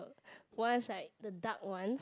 ones right the dark ones